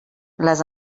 les